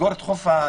לסגור את חוף הים?